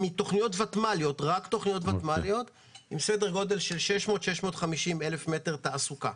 זה רק תכניות ותמ"ל בסדר גודל של 650,000-600,000 מטר שטחי תעסוקה.